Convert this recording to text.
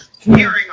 hearing